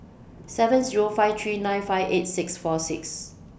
seven Zero five three nine five eight six four six